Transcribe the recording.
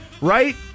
right